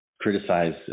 criticize